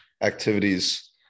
activities